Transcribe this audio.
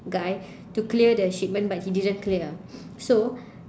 guy to clear the shipment but he didn't clear so